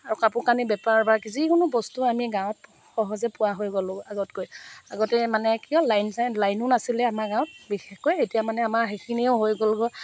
আৰু কাপোৰ কানি বেপাৰ বা যিকোনো বস্তু আমি গাঁৱত সহজে পোৱা হৈ গলোঁ আগতকৈ আগতে মানে কি হয় লাইন চাইল লাইনো নাছিলে আমাৰ গাঁৱত বিশেষকৈ এতিয়া মানে আমাৰ সেইখিনিও হৈ গ'লগৈ